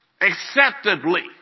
acceptably